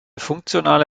funktionale